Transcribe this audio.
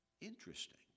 Interesting